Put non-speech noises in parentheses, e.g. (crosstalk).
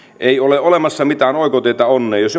ei ole olemassa mitään oikotietä onneen jos (unintelligible)